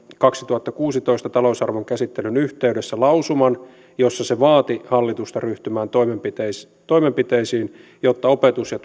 kaksituhattakuusitoista talousarvion käsittelyn yhteydessä lausuman jossa se vaati hallitusta ryhtymään toimenpiteisiin toimenpiteisiin jotta opetus ja